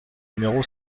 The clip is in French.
numéro